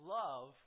love